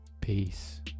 peace